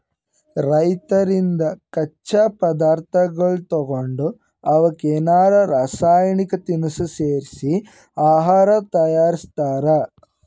ರೈತರಿಂದ್ ಕಚ್ಚಾ ಪದಾರ್ಥಗೊಳ್ ತಗೊಂಡ್ ಅವಕ್ಕ್ ಏನರೆ ರಾಸಾಯನಿಕ್ ತಿನಸ್ ಸೇರಿಸಿ ಆಹಾರ್ ತಯಾರಿಸ್ತಾರ್